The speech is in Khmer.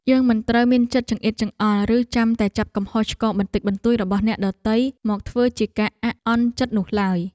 យើងមិនត្រូវមានចិត្តចង្អៀតចង្អល់ឬចាំតែចាប់កំហុសឆ្គងបន្តិចបន្តួចរបស់អ្នកដទៃមកធ្វើជាការអាក់អន់ចិត្តនោះឡើយ។